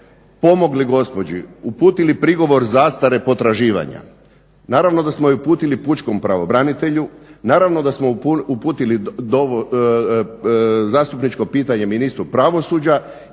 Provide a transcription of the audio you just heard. pomogli gospođi, uputili prigovor zastare potraživanja, naravno da smo je uputili pučkom pravobranitelju, naravno da smo ju uputili zastupničko pitanje ministru pravosuđa